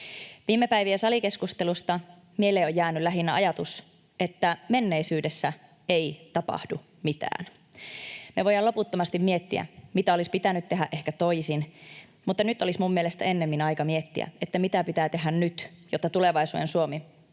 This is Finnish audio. Viime päivien salikeskusteluista mieleen on jäänyt lähinnä ajatus, että menneisyydessä ei tapahdu mitään. Me voidaan loputtomasti miettiä, mitä olisi pitänyt tehdä ehkä toisin, mutta nyt olisi minun mielestäni ennemmin aika miettiä, mitä pitää tehdä nyt, jotta tulevaisuuden Suomi